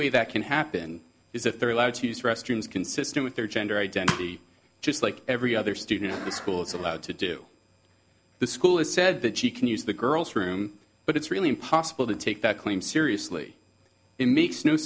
way that can happen is if they're allowed to use restrooms consistent with their gender identity just like every other student schools are allowed to do the school has said that she can use the girls room but it's really impossible to take that claim seriously it makes no